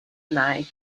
night